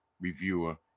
reviewer